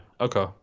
Okay